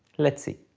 let's see.